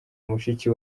mushiki